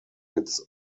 its